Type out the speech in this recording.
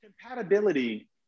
compatibility